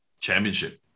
Championship